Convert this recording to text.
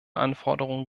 anforderungen